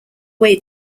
way